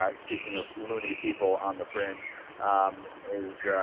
ah speaking of loony people on the fringe um is